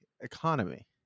economy